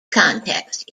context